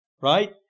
right